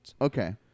Okay